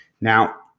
Now